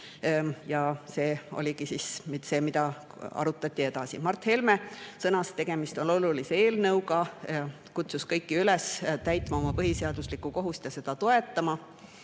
Ja see oligi see, mida arutati edasi. Mart Helme sõnas, et tegemist on olulise eelnõuga. Kutsus kõiki üles täitma oma põhiseaduslikku kohust ja seda toetama.